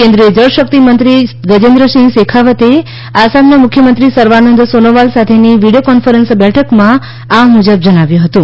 કેન્દ્રીય જળશક્તિ મંત્રી ગજેન્દ્રસિંહ શેખાવતે આસામના મુખ્યમંત્રી સર્વાનંદ સોનોવાલ સાથેની વીડિયો કોન્ફરન્સ બેઠકમાં આ મુજબ જણાવ્યું હતું